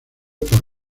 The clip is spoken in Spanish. por